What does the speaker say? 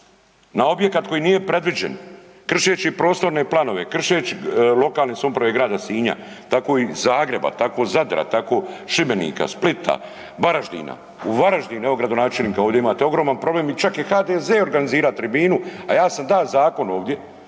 na objekat koji nije predviđen, kršeći prostorne planove, kršeći … grada Sinja, tako i Zagreba, tako Zadra, tako Šibenika, Splita, Varaždina. U Varaždinu, evo gradonačelnika ovdje imate, ogroman problem i čak je HDZ organizirao tribinu, a ja sam dao zakon ovdje